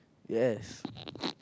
yes